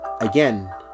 again